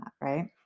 right